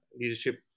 leadership